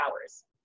hours